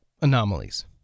anomalies